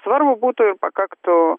svarbu būtų ir pakaktų